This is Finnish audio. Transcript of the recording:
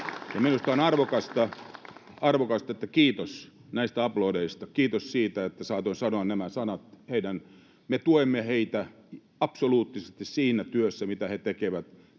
minusta on arvokasta... — Kiitos näistä aplodeista, ja kiitos siitä, että saatoin sanoa nämä sanat. — Me tuemme heitä absoluuttisesti siinä työssä, mitä he tekevät